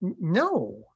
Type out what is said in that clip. No